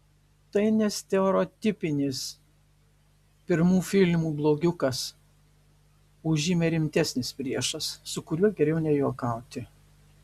tai ne stereotipinis pirmų filmų blogiukas o žymiai rimtesnis priešas su kuriuo geriau nejuokauti